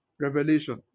Revelation